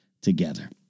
together